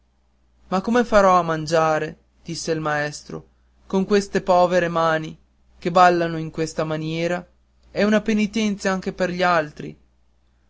ma come farò a mangiare disse il maestro con queste povere mani che ballano in questa maniera è una penitenza anche per gli altri